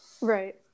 right